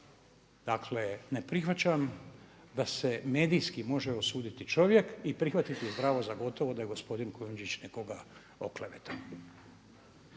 Dakle, ne prihvaćam da se medijski može osuditi čovjek i prihvatiti zdravo za gotovo da je gospodin Kujundžić nekoga oklevetao.